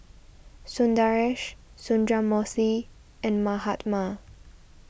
Sundaresh Sundramoorthy and Mahatma